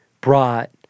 brought